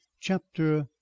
Chapter